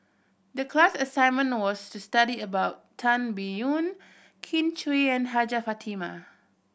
the class assignment was to study about Tan Biyun Kin Chui and Hajjah Fatimah